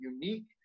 unique